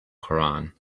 koran